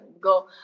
go